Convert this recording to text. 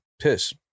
piss